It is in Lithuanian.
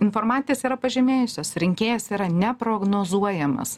informantės yra pažymėjusios rinkėjas yra neprognozuojamas